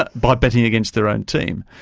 ah but betting against their own team.